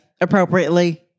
appropriately